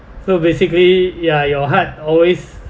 so basically ya your heart always